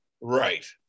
Right